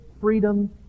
freedom